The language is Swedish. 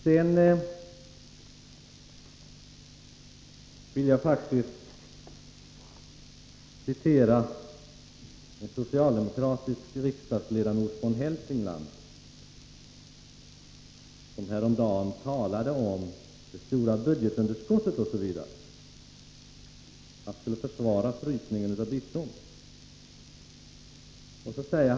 Sedan vill jag faktiskt citera en socialdemokratisk riksdagsledamot från Hälsingland, som häromdagen talade om det stora budgetunderskottet osv. Han skulle försvara frysningen av biståndet.